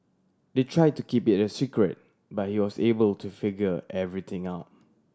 they try to keep it a secret but he was able to figure everything out